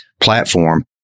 platform